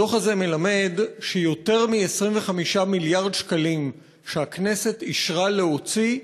הדוח הזה מלמד שיותר מ-25 מיליארד שקלים שהכנסת אישרה להוציא,